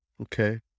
Okay